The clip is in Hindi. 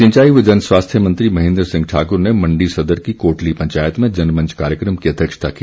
सिंचाई व जन स्वास्थ्य मंत्री महेन्द्र सिंह ठाकुर ने मण्डी सदर की कोटली पंचायत में जनमंच कार्यक्रम की अध्यक्षता की